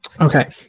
Okay